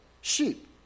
sheep